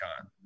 on